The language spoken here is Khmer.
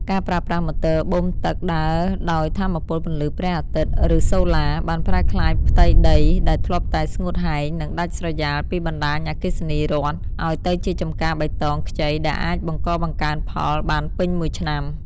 ការប្រើប្រាស់ម៉ូទ័របូមទឹកដើរដោយថាមពលពន្លឺព្រះអាទិត្យ ឬសូឡា បានប្រែក្លាយផ្ទៃដីដែលធ្លាប់តែស្ងួតហែង និងដាច់ស្រយាលពីបណ្ដាញអគ្គិសនីរដ្ឋ ឱ្យទៅជាចម្ការបៃតងខ្ចីដែលអាចបង្កបង្កើនផលបានពេញមួយឆ្នាំ។